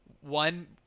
one